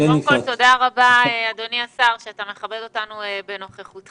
אדוני השר, תודה רבה שאתה מכבד אותנו בנוכחותך.